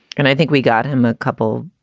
and i think we got him a couple,